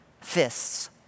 fists